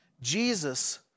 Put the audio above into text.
Jesus